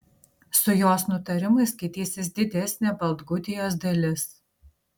su jos nutarimais skaitysis didesnė baltgudijos dalis